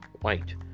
White